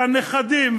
שהנכדים,